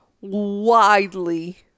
widely